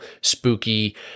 spooky